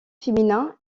féminin